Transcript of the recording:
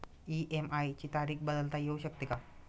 EMI ची तारीख बदलता येऊ शकते का?